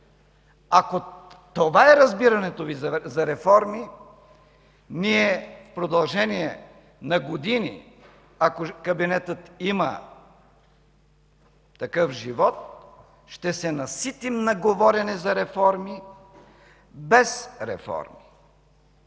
Ако това е разбирането Ви за реформи, ние в продължение на години, ако кабинетът има такъв живот, ще се наситим на говорене за реформи, без реформи.